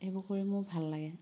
সেইবোৰ কৰি মোৰ ভাল লাগে